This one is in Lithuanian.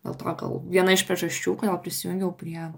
dėl to gal viena iš priežasčių kodėl prisijungiau prie